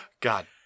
God